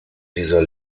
dieser